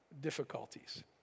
difficulties